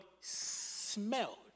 smelled